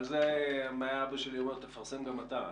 על זה אבא שלי היה אומר: תפרסם גם אתה.